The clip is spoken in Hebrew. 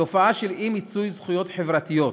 התופעה של אי-מיצוי זכויות חברתיות,